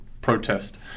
protest